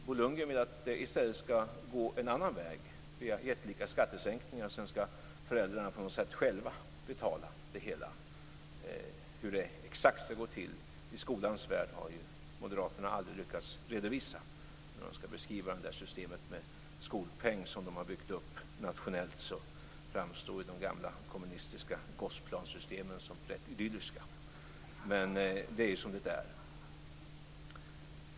Bo Lundgren vill att det i stället ska gå en annan väg, via jättelika skattesänkningar, och sedan ska föräldrarna själva betala det hela. Hur det exakt ska gå till i skolans värld har Moderaterna aldrig lyckats redovisa. När de ska beskriva systemet med skolpeng som de har byggt upp nationellt framstår de gamla kommunistiska Gosplansystemen som rätt idylliska.